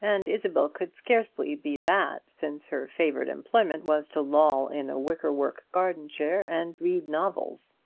and isabel could scarcely be that, since her favourite employment was to loll in a wicker-work garden-chair and read novels.